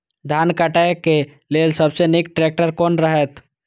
धान काटय के लेल सबसे नीक ट्रैक्टर कोन रहैत?